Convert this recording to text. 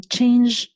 Change